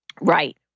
Right